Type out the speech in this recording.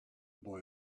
boy